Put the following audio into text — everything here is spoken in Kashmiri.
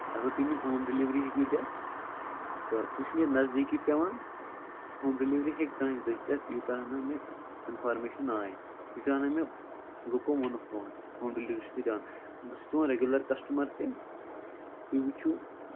اَگر تُہۍ مےٚ ہوم ڈیٚلؤری ہیٚکِو دِتھ تہٕ تُہۍ چھِو مےٚ نَزدیٖکی پیٚوان تہٕ ہوم ڈیٚلؤری ہیٚکہِ تُہنٛد دٔس یوٗتاہ ہنہ مےٚ اِنفارمیشن آیۍ یوٗتاہ ہنہ مےٚ لوٗکو ووٚنُکھ تُہُند ہوم ڈیٚلؤری چھِ تُہۍ دِوان بہٕ چھُس تُہُند ریگیٚلر کَسٹمَر تہِ تُہۍ وُچھِو